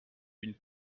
une